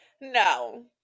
No